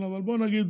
אבל בוא נגיד